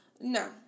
No